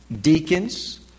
Deacons